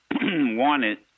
wanted